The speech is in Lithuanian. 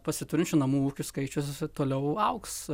pasiturinčių namų ūkių skaičius toliau augs